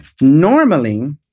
normally